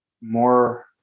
more